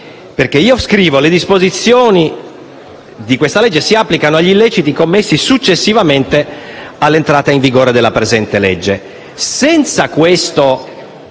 emendamento prevede che le disposizioni di questa legge si applichino agli illeciti commessi successivamente all'entrata in vigore della presente legge.